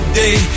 day